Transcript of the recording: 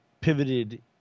pivoted